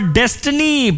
destiny